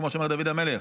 כמו שאומר דוד המלך,